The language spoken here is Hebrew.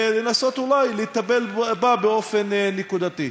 ולנסות אולי לטפל בה באופן נקודתי.